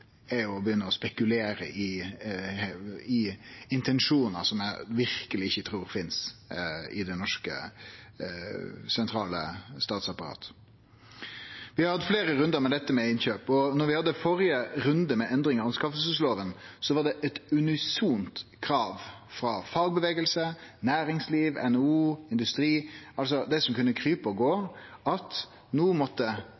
begynne å spekulere i intensjonar som eg verkeleg ikkje trur finst i det norske sentrale statsapparatet. Vi har hatt fleire rundar om dette med innkjøp. Da vi hadde førre runde, med endring av anskaffingslova, var det eit unisont krav frå fagbevegelsen, næringslivet, NHO, industrien – det som kunne krype og